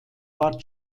bad